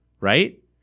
Right